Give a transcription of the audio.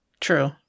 True